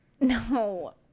No